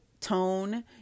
tone